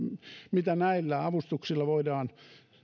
mitä näillä avustuksilla voidaan